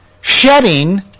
shedding